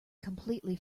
completely